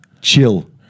Chill